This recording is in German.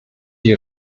die